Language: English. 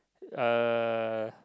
uh